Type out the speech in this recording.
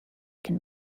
can